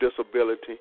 disability